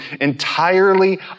entirely